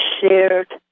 shared